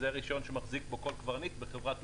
הרישיון שמחזיק כל קברניט בחברת תעופה.